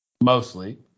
mostly